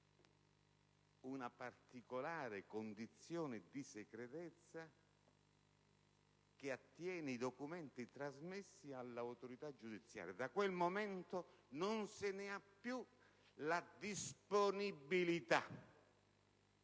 una particolare condizione di segretezza che attiene ai documenti trasmessi all'autorità giudiziaria: da quel momento non se ne ha più la disponibilità.